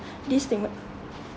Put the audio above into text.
destigma~